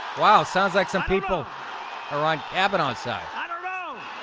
wow sounds like some people are on cabin outside